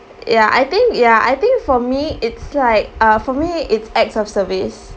ya I think ya I think for me it's like uh for me it's acts of service